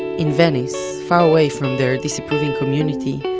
in venice, far away from their disapproving community,